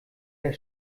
der